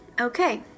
Okay